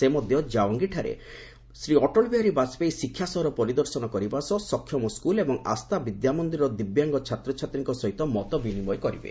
ସେ ମଧ୍ୟ ଜାୱାଙ୍ଗୀଠାରେ ଥିବା ଶ୍ରୀ ଅଟଳବିହାରୀ ବାଜପେୟୀ ଶିକ୍ଷା ସହର ପରିଦର୍ଶନ କରିବା ସହ ସକ୍ଷମ ସ୍କୁଲ୍ ଏବଂ ଆସ୍ତା ବିଦ୍ୟାମନ୍ଦିରର ଦିବ୍ୟାଙ୍ଗ ଛାତ୍ରଛାତ୍ରୀମାନଙ୍କ ସହ ମତ ବିନିମୟ କରିବେ